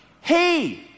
Hey